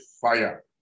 fire